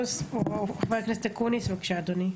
חבר הכנסת אקוניס, בבקשה אדוני.